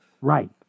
right